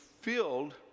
filled